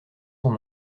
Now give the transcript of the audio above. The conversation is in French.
son